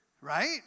Right